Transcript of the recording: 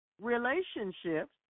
relationships